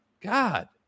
God